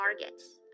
targets